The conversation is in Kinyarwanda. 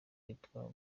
kitwa